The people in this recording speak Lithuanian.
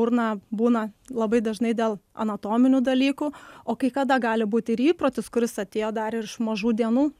burna būna labai dažnai dėl anatominių dalykų o kai kada gali būti ir įprotis kuris atėjo dar ir iš mažų dienų